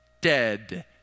Dead